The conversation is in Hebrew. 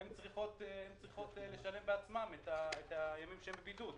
הן צריכות לשלם בעצמם את הימים שהן בבידוד.